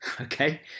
okay